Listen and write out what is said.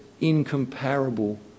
incomparable